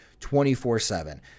24/7